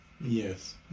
Yes